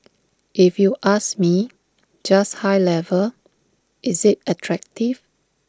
if you ask me just high level is IT attractive